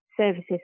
services